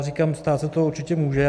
Říkám, stát se to určitě může.